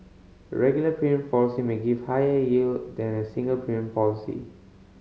a regular premium policy may give higher yield than a single premium policy